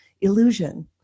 illusion